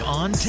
on